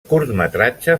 curtmetratge